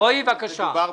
רועי, בבקשה.